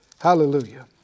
Hallelujah